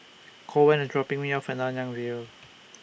Koen A dropping Me off At Nanyang View